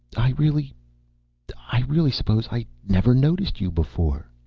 i really i really suppose i never noticed you before,